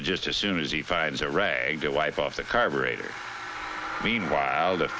just as soon as he finds a rag to wipe off the carburetor meanwhile the